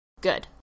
Good